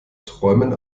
träumen